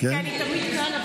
כי אני תמיד כאן,